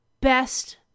best